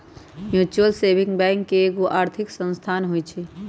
mutual saving bank एगो आर्थिक संस्थान होइ छइ